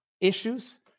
issues